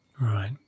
Right